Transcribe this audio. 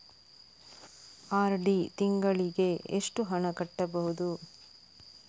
RD ತಿಂಗಳಿಗೆ ಎಷ್ಟು ಹಣ ಕಟ್ಟಬಹುದು?